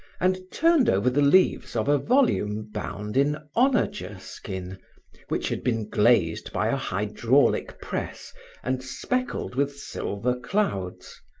and turned over the leaves of a volume bound in onager skin which had been glazed by a hydraulic press and speckled with silver clouds.